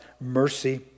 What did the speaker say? mercy